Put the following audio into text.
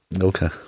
okay